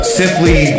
simply